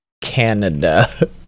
Canada